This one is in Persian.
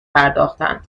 پرداختند